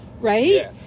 right